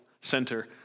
Center